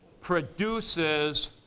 produces